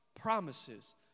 promises